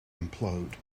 implode